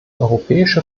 europäische